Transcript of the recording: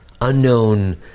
unknown